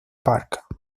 park